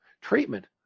treatment